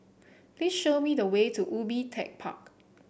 please show me the way to Ubi Tech Park